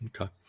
Okay